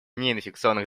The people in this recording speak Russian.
неинфекционных